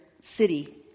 city